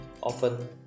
often